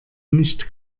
nicht